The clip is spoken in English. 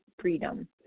freedom